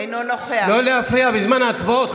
לא להפריע בזמן ההצבעות,